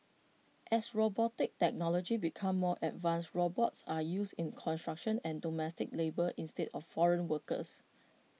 as robotic technology becomes more advanced robots are used in construction and domestic labour instead of foreign workers